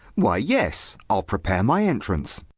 why, yes! i'll prepare my entrance.